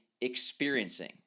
experiencing